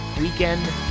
weekend